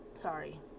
sorry